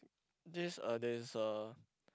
this uh there is a